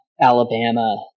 Alabama